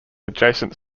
adjacent